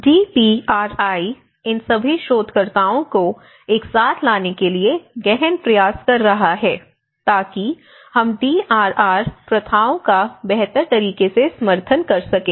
DPRI इन सभी शोधकर्ताओं को एक साथ लाने के लिए गहन प्रयास कर रहा है ताकि हम डीआरआर प्रथाओं का बेहतर तरीके से समर्थन कर सकें